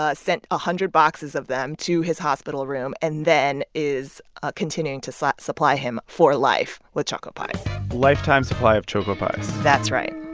ah sent a hundred boxes of them to his hospital room and then is ah continuing to supply him for life with choco pies lifetime supply of choco pies that's right